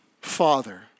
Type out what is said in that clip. Father